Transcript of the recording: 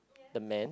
the man